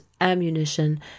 ammunition